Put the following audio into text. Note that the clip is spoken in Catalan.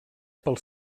pels